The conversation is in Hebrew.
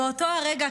באותו רגע,